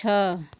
छः